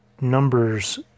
numbers